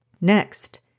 Next